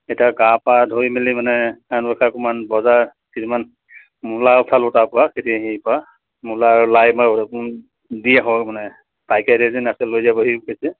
এতিয়া গা পা ধুই মেলি মানে অকণমান বজাৰ ছিজনেল মূলা উঠালোঁ তাৰপৰা খেতি হেৰি পৰা মূলা আৰু লাই দি আহোঁ মানে পাইকাৰী লৈ যাবহি পিছে